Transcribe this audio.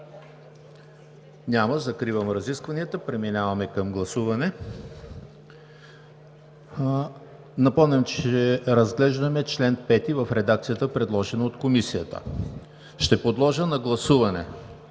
Няма. Закривам разискванията. Преминаваме към гласуване. Напомням, че разглеждаме чл. 5 в редакцията, предложена от Комисията. Ще подложа на гласуване